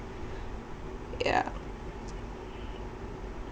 yeah